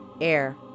air